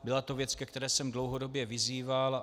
Byla to věc, ke které jsem dlouhodobě vyzýval.